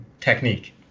technique